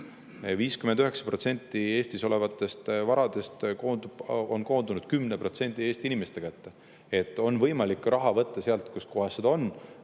59% Eestis olevatest varadest on koondunud 10% Eesti inimeste kätte. Nii et on võimalik raha võtta sealt, kus kohas seda on,